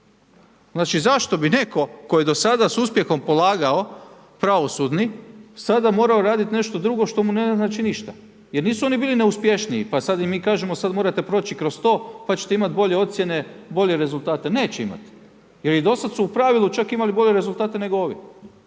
Znači zašto bi netko tko je do sada s uspjehom polagao pravosudni sada morao raditi nešto drugo što mu ne znači ništa? Jer nisu oni bili neuspješniji pa sad im mi kažemo sada morate proći kroz to pa ćete imati bolje ocjene, bolje rezultate, neće imati jer i do sada su u pravilu čak imali bolje rezultate nego ovi.